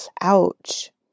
Ouch